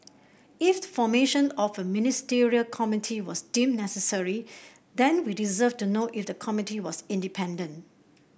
if the formation of a Ministerial Committee was deemed necessary then we deserve to know if the committee was independent